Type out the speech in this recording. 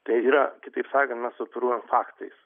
tai yra kitaip sakant mes operuojam faktais